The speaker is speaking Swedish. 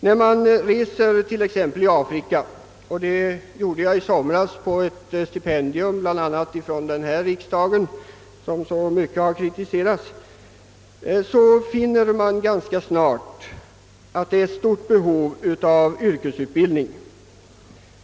När man reser t.ex. i Afrika, vilket jag i somras gjorde på bl.a. ett stipendium från denna riksdag finner man ganska snart att det föreligger ett stort behov av yrkesutbildning.